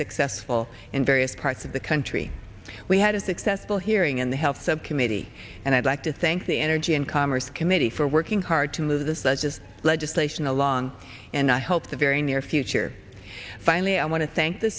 successful in various parts of the country we had a successful hearing in the health subcommittee and i'd like to say the energy and commerce committee for working hard to move the sludge is legislation along and i hope the very near future finally i want to thank the